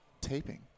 taping